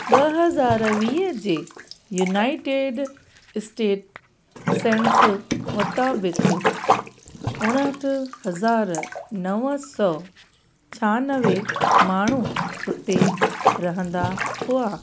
ॿ हज़ार वीअ जे युनाइटेड स्टेट् सेन्स मुताबिक उणिहठ हज़ार नवं सौ छहानवे माण्हूं हुते रहंदा हुआ